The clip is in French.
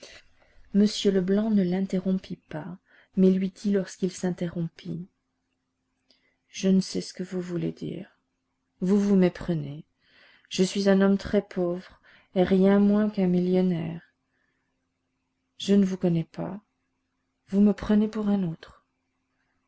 m leblanc ne l'interrompit pas mais lui dit lorsqu'il s'interrompit je ne sais ce que vous voulez dire vous vous méprenez je suis un homme très pauvre et rien moins qu'un millionnaire je ne vous connais pas vous me prenez pour un autre